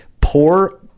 poor